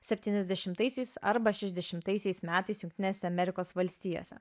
septyniasdešimtaisiais arba šešiasdešimtaisiais metais jungtinėse amerikos valstijose